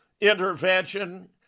intervention